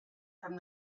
from